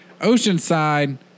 Oceanside